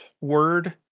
word